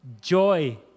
joy